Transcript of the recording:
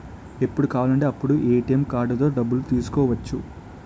ఎప్పుడు కావాలంటే అప్పుడు ఏ.టి.ఎం కార్డుతో డబ్బులు తీసుకోవచ్చు